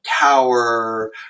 Tower